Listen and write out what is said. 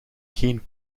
geen